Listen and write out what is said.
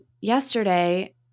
yesterday